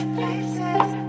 faces